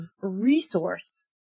resource